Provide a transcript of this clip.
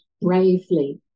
bravely